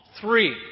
three